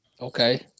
okay